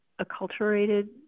acculturated